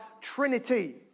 Trinity